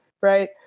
right